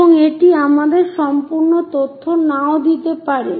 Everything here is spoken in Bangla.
এবং এটি আমাদের সম্পূর্ণ তথ্য নাও দিতে পারে